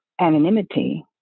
anonymity